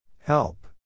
Help